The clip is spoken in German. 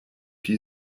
die